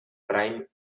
prime